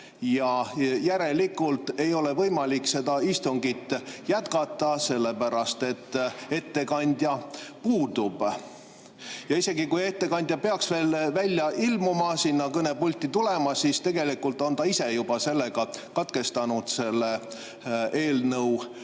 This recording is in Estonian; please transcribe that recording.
ja järelikult ei ole võimalik seda istungit jätkata, sellepärast et ettekandja puudub. Isegi kui ettekandja peaks välja ilmuma ja sinna kõnepulti tulema, siis tegelikult on ta [puldist lahkumisega] ise juba eelnõu